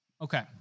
Okay